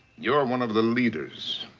you're one of the leaders.